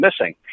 missing